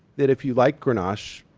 that if you like grenache,